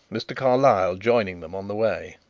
mr. carlyle joining them on the way.